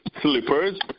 slippers